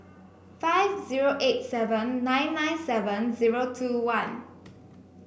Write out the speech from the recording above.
five zero eight seven nine nine seven zero two one